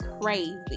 crazy